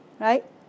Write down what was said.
right